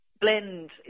blend